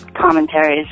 commentaries